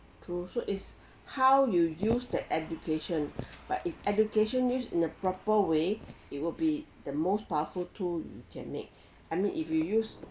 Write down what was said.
true so it's how you use the education but if education use in a proper way it will be the most powerful tool you can make I mean if you use